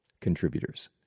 contributors